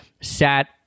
Sat